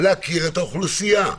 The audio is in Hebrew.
להכיר את האוכלוסייה.